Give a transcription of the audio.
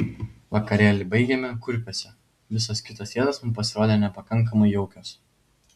vakarėlį baigėme kurpiuose visos kitos vietos mums pasirodė nepakankamai jaukios